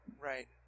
Right